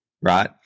Right